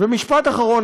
ומשפט אחרון,